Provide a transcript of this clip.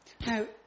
Now